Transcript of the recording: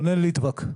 ליטבק,